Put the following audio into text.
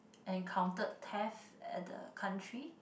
encountered theft at the country